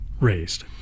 raised